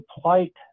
plight